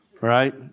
Right